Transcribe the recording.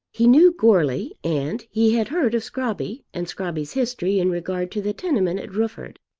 he knew goarly, and he had heard of scrobby and scrobby's history in regard to the tenement at rufford.